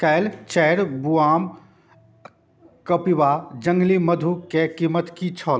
काल्हि चारि बुआम कपिवा जङ्गली मधुके कीमत की छल